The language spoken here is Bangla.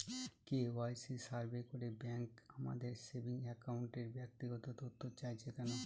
কে.ওয়াই.সি সার্ভে করে ব্যাংক আমাদের সেভিং অ্যাকাউন্টের ব্যক্তিগত তথ্য চাইছে কেন?